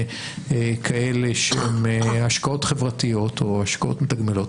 כאלה שהם השקעות חברתיות או השקעות מתגמלות.